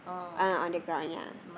uh on the ground ya